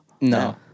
no